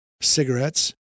cigarettes